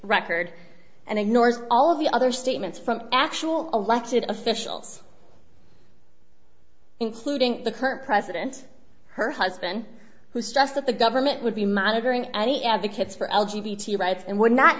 record and ignores all of the other statements from actual elected officials including the current president her husband who's just that the government would be monitoring any advocates for l g b t rights and would not